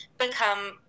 become